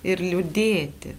ir liūdėti